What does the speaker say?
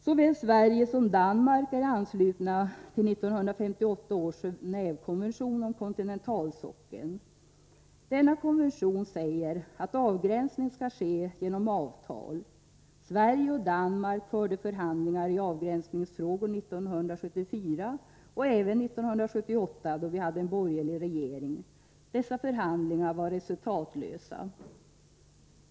Såväl Sverige som Danmark är anslutna till 1958 års Gen&vekonvention om kontinentalsockeln. Denna konvention säger att avgränsning skall ske genom avtal. Sverige och Danmark förde förhandlingar i avgränsningsfrågor 1974 och 1978, då vi hade en borgerlig regering. Dessa förhandlingar var resultatlösa.